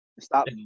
Stop